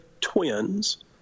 twins